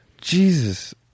jesus